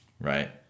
right